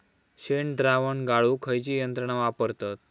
शेणद्रावण गाळूक खयची यंत्रणा वापरतत?